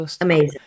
amazing